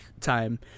time